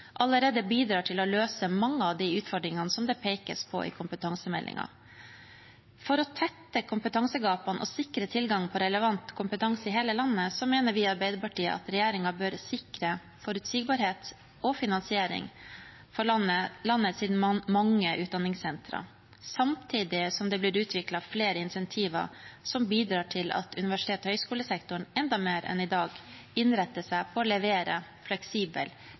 allerede bidrar til å løse mange av de utfordringene som det pekes på i kompetansemeldingen. For å tette kompetansegapene og sikre tilgang på relevant kompetanse i hele landet mener vi i Arbeiderpartiet at regjeringen bør sikre forutsigbarhet for og finansiering av landets mange utdanningssentre, samtidig som det blir utviklet flere insentiver som bidrar til at universitets- og høyskolesektoren enda mer enn i dag innretter seg på å levere fleksibel